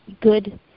good